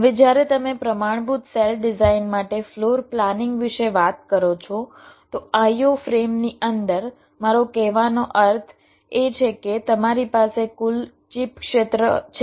હવે જ્યારે તમે પ્રમાણભૂત સેલ ડિઝાઇન માટે ફ્લોર પ્લાનિંગ વિશે વાત કરો છો તો IO ફ્રેમ ની અંદર મારો કહેવાનો અર્થ એ છે કે તમારી પાસે કુલ ચિપ ક્ષેત્ર છે